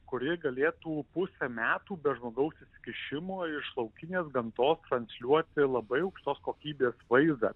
kuri galėtų pusę metų be žmogaus įsikišimo iš laukinės gamtos transliuoti labai aukštos kokybės vaizdą